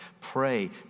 Pray